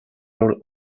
rule